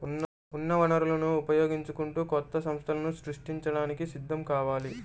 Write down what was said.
ఉన్న వనరులను ఉపయోగించుకుంటూ కొత్త సంస్థలను సృష్టించడానికి సిద్ధం కావాలి